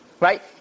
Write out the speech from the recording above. right